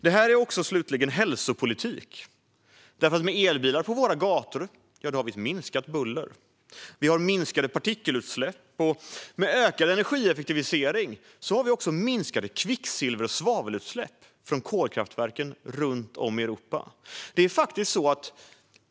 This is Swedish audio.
Slutligen är detta också hälsopolitik, för med elbilar på våra gator har vi ett minskat buller och minskade partikelutsläpp. Med ökad energieffektivisering har vi också minskade kvicksilver och svavelutsläpp från kolkraftverken runt om i Europa.